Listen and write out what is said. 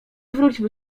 wróćmy